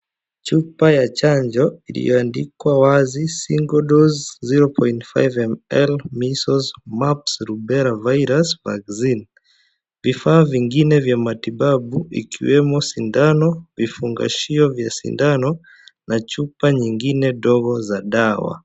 Chupa ya chanjo iliyoandikwa wazi (cs)single dose 0.5ml miseales, mump, lubera virus ,vaccine(cs) . Vifaa vinginge vya matibabu vikiwemo sindano vifungashio vya sindano na chupa nyingine ndogo za dawa.